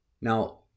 Now